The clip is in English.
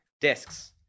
discs